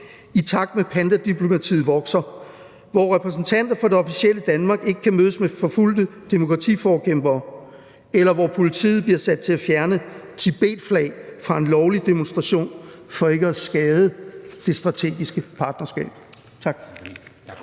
i takt med at pandadiplomatiet vokser, hvor repræsentanter for det officielle Danmark ikke kan mødes med forfulgte demokratiforkæmpere, eller hvor politiet bliver sat til at fjerne Tibetflag fra en lovlig demonstration for ikke at skade det strategiske partnerskab.